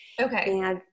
Okay